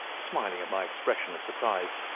smiling at my expression of surprise.